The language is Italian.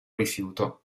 rifiuto